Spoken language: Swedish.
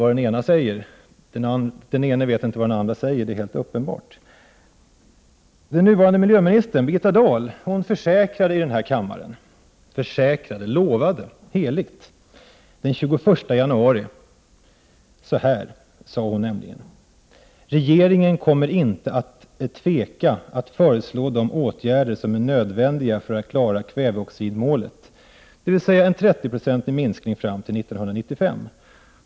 Det är helt uppenbart att den ena inte vet vad den andra säger. Den nuvarande miljöministern Birgitta Dahl försäkrade och lovade heligt den 21 januari följande: Regeringen kommer inte att tveka att föreslå de åtgärder som är nödvändiga för att klara kväveoxidmålet, dvs. en 30 procentig minskning fram till 1995.